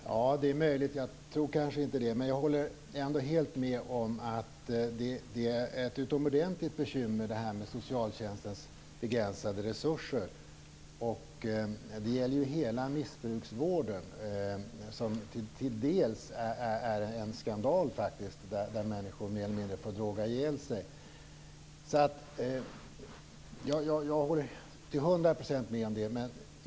Fru talman! Det är möjligt, men jag tror kanske inte det. Jag håller ändå helt med om att socialtjänstens begränsade resurser är ett utomordentligt bekymmer. Det gäller hela missbruksvården, som till dels är en skandal, där människor mer eller mindre får droga ihjäl sig. Jag håller alltså till hundra procent med om det.